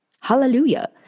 Hallelujah